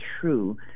true